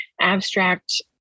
abstract